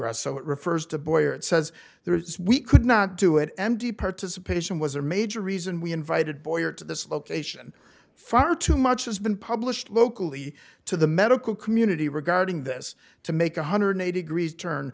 tegra so it refers to boyer it says there is we could not do it m d participation was a major reason we invited boyer to this location far too much has been published locally to the medical community regarding this to make a hundred eighty degrees turn